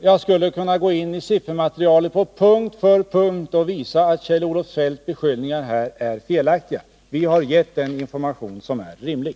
Jag skulle kunna gå in i siffermaterialet på punkt efter punkt och visa att Kjell-Olof Feldts beskyllningar här är felaktiga. Vi har gett den information som är rimlig.